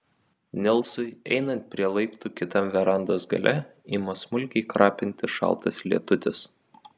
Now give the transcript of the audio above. nilsui einant prie laiptų kitam verandos gale ima smulkiai krapinti šaltas lietutis